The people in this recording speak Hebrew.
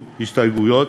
הסתייגויות,